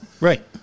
Right